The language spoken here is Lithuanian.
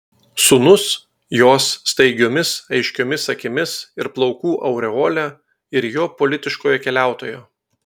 sūnus jos staigiomis aiškiomis akimis ir plaukų aureole ir jo politiškojo keliautojo